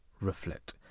reflect